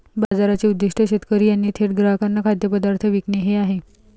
बाजाराचे उद्दीष्ट शेतकरी यांनी थेट ग्राहकांना खाद्यपदार्थ विकणे हे आहे